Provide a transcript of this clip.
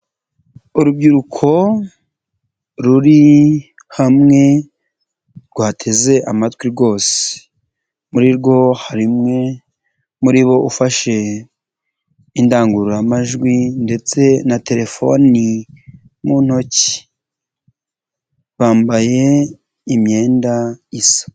Urubyiruko ruri hamwe rwateze amatwi rwose, muri rwo hari umwe muri bo ufashe indangururamajwi ndetse na telefoni mu ntoki, bambaye imyenda isa.